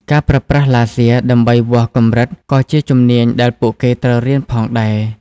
ការប្រើប្រាស់ឡាស៊ែរដើម្បីវាស់កម្រិតក៏ជាជំនាញដែលពួកគេត្រូវរៀនផងដែរ។